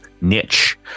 niche